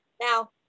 Now